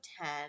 ten